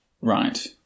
Right